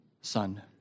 Son